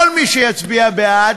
כל מי שיצביע בעד,